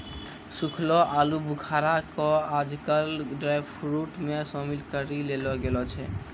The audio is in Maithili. सूखलो आलूबुखारा कॅ आजकल ड्रायफ्रुट मॅ शामिल करी लेलो गेलो छै